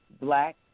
Black